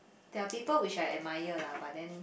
there're people which I admire lah but then